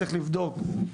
צריך לבדוק,